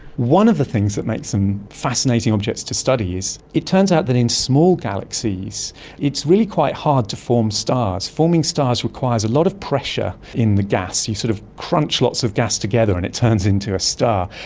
one of the things that makes them fascinating objects to study is it turns out that in small galaxies it's really quite hard to form stars. forming stars requires a lot of pressure in the gas, you sort of crunch lots of gas together and it turns into a star.